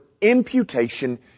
imputation